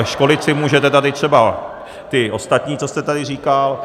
Školit si můžete tady třeba ty ostatní, co jste tady říkal.